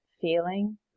feeling